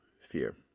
fear